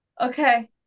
Okay